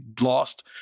lost